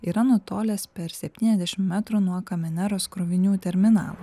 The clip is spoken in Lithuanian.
yra nutolęs per septyniasdešimt metrų nuo kamineros krovinių terminalo